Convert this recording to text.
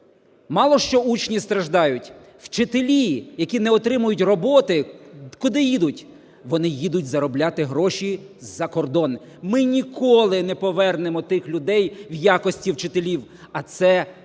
Мало що учні страждають, вчителі, які не отримають роботи, куди їдуть? Вони їдуть заробляти гроші за кордон. Ми ніколи не повернемо тих людей в якості вчителів. А це